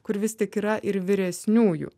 kur vis tik yra ir vyresniųjų